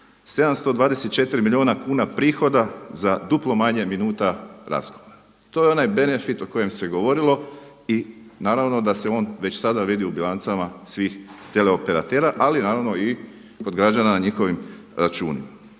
724 milijuna kuna prihoda za duplo manje minuta razgovora. To je onaj benefit o kojem se govorilo i da naravno da se on već sada vidi u bilancama svih tele operatera, ali naravno i kod građana na njihovim računima.